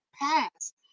past